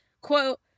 quote